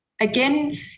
again